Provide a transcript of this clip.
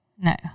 No